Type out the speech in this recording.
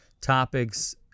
topics